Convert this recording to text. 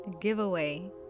giveaway